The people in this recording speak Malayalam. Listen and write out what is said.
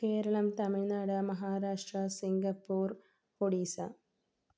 കേരളം തമിഴ്നാട് മഹാരാഷ്ട്ര സിംഗപ്പൂർ ഒഡീസ